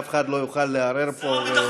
שאף אחד לא יוכל לערער פה,